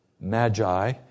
Magi